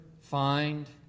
find